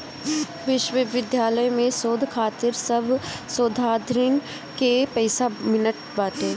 विश्वविद्यालय में शोध खातिर सब शोधार्थीन के पईसा मिलत बाटे